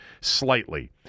slightly